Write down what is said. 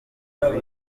ubuvuzi